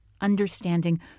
understanding